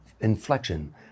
inflection